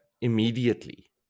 immediately